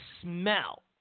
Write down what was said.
smell